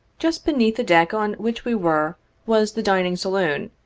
just beneath the deck on which we were was the dining saloon,